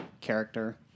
character